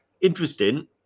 interesting